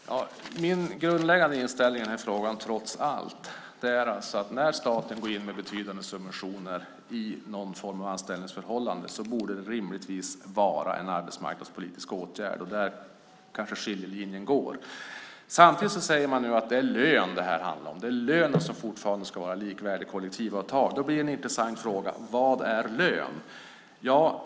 Fru talman! Min grundläggande inställning i den här frågan är trots allt att när staten går in med betydande subventioner i någon form av anställningsförhållande borde det rimligtvis vara en arbetsmarknadspolitisk åtgärd. Det kanske är där skiljelinjen går. Samtidigt säger man nu att det handlar om lön. Det är lönen som fortfarande ska vara likvärdig med kollektivavtalen. Då blir en intressant fråga: Vad är lön?